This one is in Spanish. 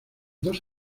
dos